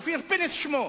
אופיר פינס שמו,